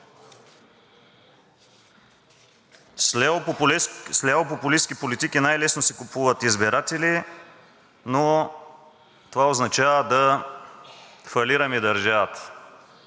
С лявопопулистки политики най-лесно се купуват избиратели, но това означава да фалираме държавата.